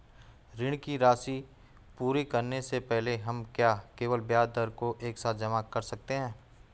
ऋण की राशि पूरी करने से पहले हम क्या केवल ब्याज दर को एक साथ जमा कर सकते हैं?